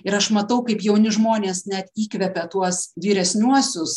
ir aš matau kaip jauni žmonės net įkvepia tuos vyresniuosius